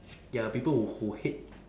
ya people who who hate